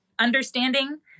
Understanding